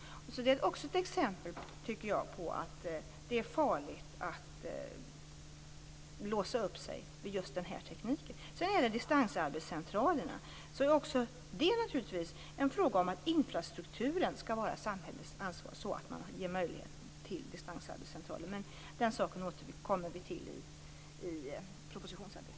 Jag tycker att det också är ett exempel på att det är farligt att låsa upp sig vid just den här tekniken. När det gäller distansarbetscentraler är det naturligtvis en fråga om att infrastrukturen skall vara samhällets ansvar. Men den saken återkommer vi till i propositionsarbetet.